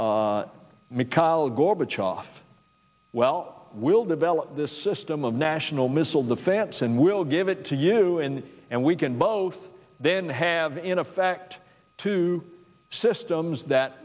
mikhail gorbachev well we'll develop this system of national missile defense and we'll give it to you in and we can both then have in effect two systems that